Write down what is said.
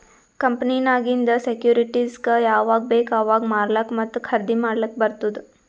ಕಂಪನಿನಾಗಿಂದ್ ಸೆಕ್ಯೂರಿಟಿಸ್ಗ ಯಾವಾಗ್ ಬೇಕ್ ಅವಾಗ್ ಮಾರ್ಲಾಕ ಮತ್ತ ಖರ್ದಿ ಮಾಡ್ಲಕ್ ಬಾರ್ತುದ್